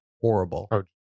horrible